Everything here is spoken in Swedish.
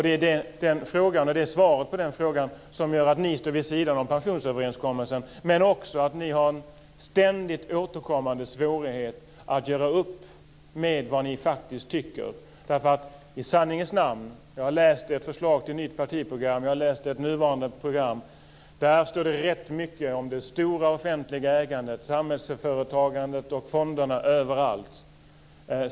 Det är svaret på den frågan som gör att ni står vid sidan av pensionsöverenskommelsen och att ni har en ständigt återkommande svårighet att göra upp med vad ni faktiskt tycker. Jag har läst ert förslag till nytt partiprogram, och jag har läst ert nuvarande program. Där står det rätt mycket om det stora offentliga ägandet, samhällsföretagandet och fonderna överallt.